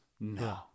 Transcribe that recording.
No